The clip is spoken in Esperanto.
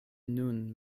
nun